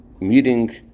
meeting